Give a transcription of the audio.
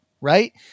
right